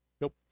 Nope